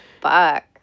Fuck